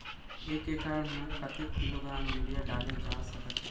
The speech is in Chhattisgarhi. एक एकड़ म कतेक किलोग्राम यूरिया डाले जा सकत हे?